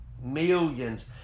millions